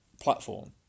platform